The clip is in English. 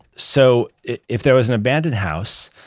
so if there was an abandoned house,